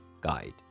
guide